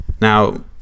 Now